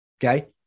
Okay